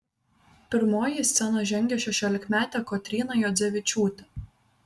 pirmoji į sceną žengė šešiolikmetė kotryna juodzevičiūtė